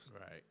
Right